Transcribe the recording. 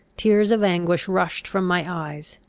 tears of anguish rushed from my eyes,